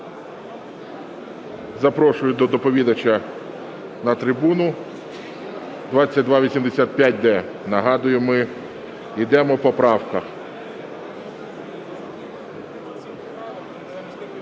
Запрошую доповідача на трибуну. 2285-д. Нагадую, ми йдемо по правках.